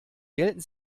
gelten